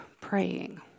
praying